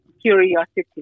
curiosity